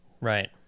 Right